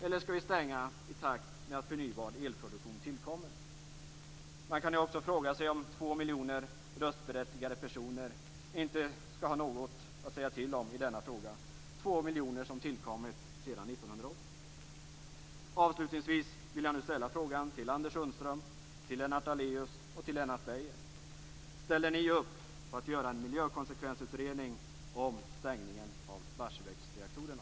Eller skall vi stänga i takt med att förnybar elproduktion tillkommer? Man kan också fråga sig om två miljoner röstberättigade personer inte skall ha något att säga till om i denna fråga, de två miljoner som tillkommit sedan 1980. Sundström, Lennart Daléus och Lennart Beijer. Ställer ni upp på att göra en miljökonsekvensutredning om stängningen av Barsebäcksreaktorerna?